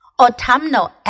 autumnal